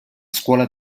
scuola